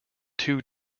two